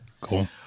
cool